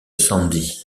sandy